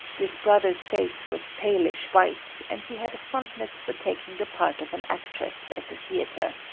this brother's face was palish white, and he had a fondness for taking the part of an actress at the theatre.